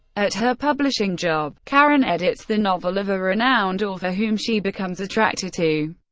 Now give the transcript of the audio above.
at her publishing job, karen edits the novel of a renowned author, whom she becomes attracted to.